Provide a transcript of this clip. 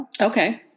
Okay